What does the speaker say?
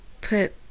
put